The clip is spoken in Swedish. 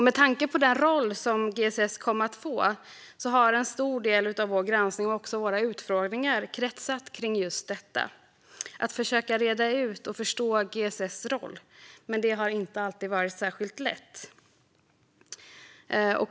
Med tanke på den roll GSS kom att få har en stor del av vår granskning och våra utfrågningar kretsat kring att försöka reda ut och förstå GSS roll, men det har inte alltid varit lätt.